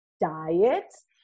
diets